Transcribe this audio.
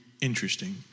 interesting